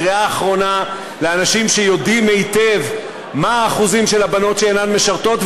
קריאה אחרונה לאנשים שיודעים היטב מה האחוזים של הבנות שאינן משרתות,